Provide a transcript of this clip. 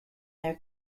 their